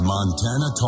Montana